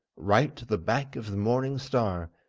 right to the back of the morning star,